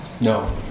No